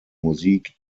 musik